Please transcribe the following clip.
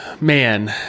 man